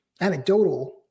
anecdotal